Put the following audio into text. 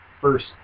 first